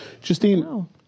Justine